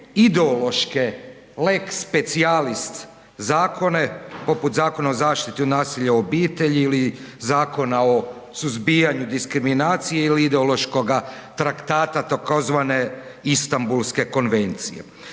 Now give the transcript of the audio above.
ideološke lex specialis zakone, poput Zakona o zaštiti od nasilja u obitelji ili Zakona o suzbijanju diskriminacije ili ideološkoga traktata tzv. Istambulske konvencije.